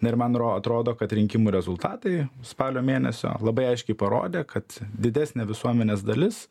na ir man ro atrodo kad rinkimų rezultatai spalio mėnesio labai aiškiai parodė kad didesnė visuomenės dalis